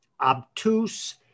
obtuse